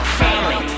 family